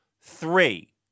three